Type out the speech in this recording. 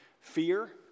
fear